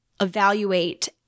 evaluate